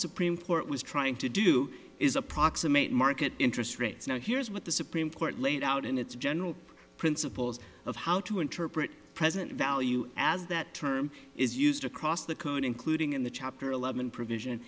supreme court was trying to do is approximate market interest rates now here's what the supreme court laid out in its general principles of how to interpret present value as that term is used across the code including in the chapter eleven provision